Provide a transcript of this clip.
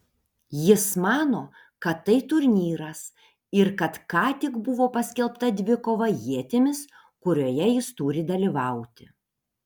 jis mano kad tai turnyras ir kad ką tik buvo paskelbta dvikova ietimis kurioje jis turi dalyvauti